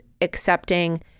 accepting